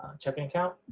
checking account,